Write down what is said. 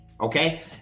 okay